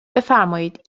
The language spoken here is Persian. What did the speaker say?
بفرمایید